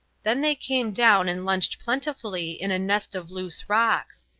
then they came down and lunched plentifully in a nest of loose rocks.